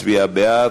הצביעה בעד,